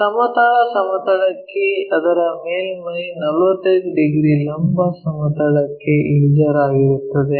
ಸಮತಲ ಸಮತಲಕ್ಕೆ ಅದರ ಮೇಲ್ಮೈ 45 ಡಿಗ್ರಿ ಲಂಬ ಸಮತಲಕ್ಕೆ ಇಳಿಜಾರಾಗಿರುತ್ತದೆ